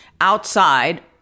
outside